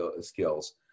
skills